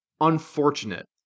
unfortunate